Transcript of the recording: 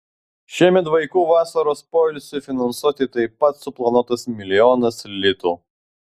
šiemet vaikų vasaros poilsiui finansuoti taip pat suplanuotas milijonas litų